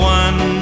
one